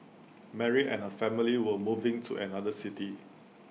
Mary and her family were moving to another city